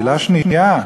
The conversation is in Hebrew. שאלה שנייה: